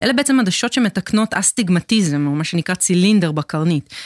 אלה בעצם עדשות שמתקנות אסטיגמטיזם, או מה שנקרא צילינדר בקרנית.